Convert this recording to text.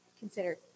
Consider